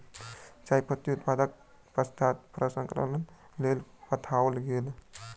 चाय पत्ती उत्पादनक पश्चात प्रसंस्करणक लेल पठाओल गेल